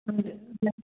ଆଜ୍ଞା